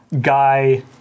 guy